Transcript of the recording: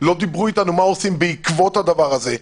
לא דיברו איתנו מה עושים בעקבות הדבר הזה.